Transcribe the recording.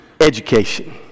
education